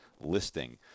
listing